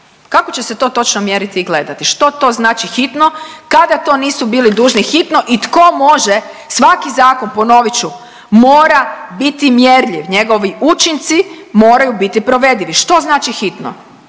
Kako će se to točno mjeriti i gledati, što to znači hitno, kada to nisu bili dužni hitno i tko može, svaki zakon ponovit ću mora biti mjerljiv, njegovi učinci moraju biti provedivi, što znači hitno?